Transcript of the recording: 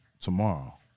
tomorrow